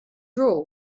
drawer